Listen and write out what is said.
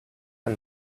and